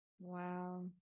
Wow